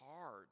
hard